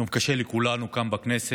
יום קשה לכולנו כאן בכנסת,